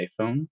iPhone